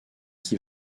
qui